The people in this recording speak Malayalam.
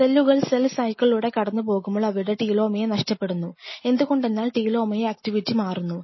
സെല്ലുകൾ സെൽ സൈക്കിളിലൂടെ കടന്നു പോകുമ്പോൾ അവയുടെ ടെലോമിയർ നഷ്ടപ്പെടുന്നു എന്തുകൊണ്ടെന്നാൽ ടെലോമിയർ ആക്ടിവിറ്റി മാറുന്നു